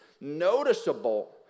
noticeable